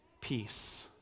Peace